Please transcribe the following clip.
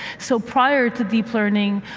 so prior to deep learning,